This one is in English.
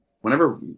whenever